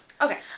Okay